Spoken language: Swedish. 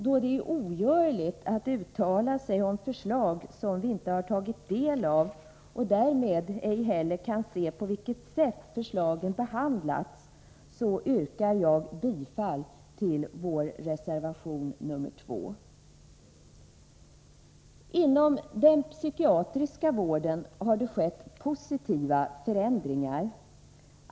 Då det är ogörligt att uttala sig om förslag som vi inte har tagit del av, och eftersom vi därmed ej heller kan se på vilket sätt förslagen har behandlats, yrkar jag bifall till vår reservation nr 2. Inom den psykiatriska vården har det skett positiva förändringar.